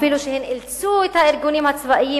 אפילו שהם אילצו את הארגונים הצבאיים